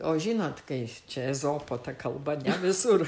o žinot kai čia ezopo kalba visur